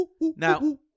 now